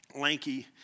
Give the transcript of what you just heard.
lanky